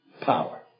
power